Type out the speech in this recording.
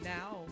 now